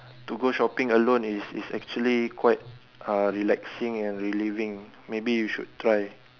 to go shopping alone it's it's actually quite uh relaxing and relieving maybe you should try